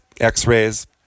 X-Rays